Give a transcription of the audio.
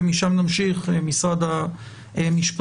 ומשם נמשיך משרד המשפטים,